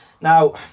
now